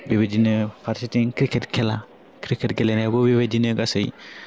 बेबायदिनो फारसेथिं क्रिकेट खेला क्रिकेट गेलेनायावबो बेबायदिनो गासै